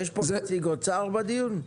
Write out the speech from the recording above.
יש פה נציג אוצר בדיון?